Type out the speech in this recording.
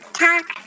talk